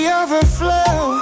overflow